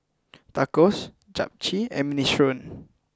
Tacos Japchae and Minestrone